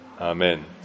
Amen